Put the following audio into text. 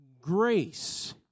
grace